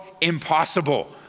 impossible